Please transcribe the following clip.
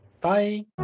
Bye